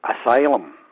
asylum